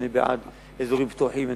אני בעד אזורים פתוחים,